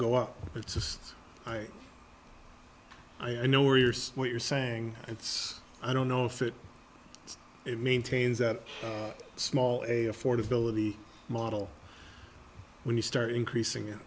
go up it's just i i know where you're still you're saying it's i don't know if it it maintains that small a affordability model when you start increasing it